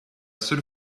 seule